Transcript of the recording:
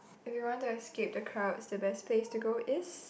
if you want to escape the crowds the best place to go is